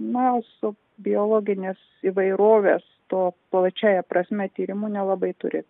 na su biologinės įvairovės to plačiąja prasme tyrimu nelabai turi